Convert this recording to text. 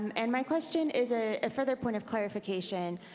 and my question is a further point of clarification,